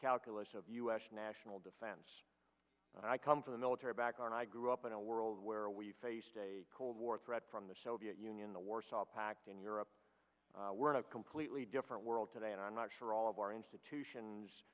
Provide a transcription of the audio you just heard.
calculus of u s national defense and i come from a military background i grew up in a world where we faced a cold war threat from the soviet union the warsaw pact in europe we're in a completely different world today and i'm not sure all of our institutions